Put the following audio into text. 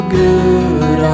good